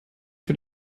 für